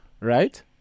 right